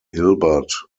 hilbert